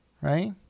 Right